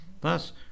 Thus